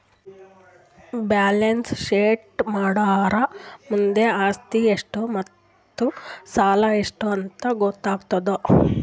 balance sheet ಮಾಡುರ್ ನಮ್ದು ಆಸ್ತಿ ಎಷ್ಟ್ ಮತ್ತ ಸಾಲ ಎಷ್ಟ್ ಅಂತ್ ಗೊತ್ತಾತುದ್